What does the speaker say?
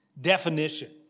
definition